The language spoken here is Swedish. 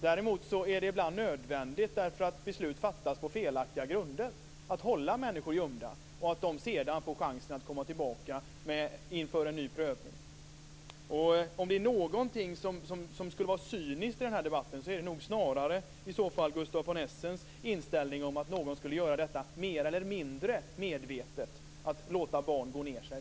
Däremot är det ibland nödvändigt att hålla människor gömda, på grund av att beslut fattats på felaktiga grunder. Sedan kan de få chansen att komma tillbaka till en ny prövning. Om något skulle vara cyniskt i den här debatten är det nog snarare Gustaf von Essens inställning att någon mer eller mindre medvetet skulle låta barn gå ned sig.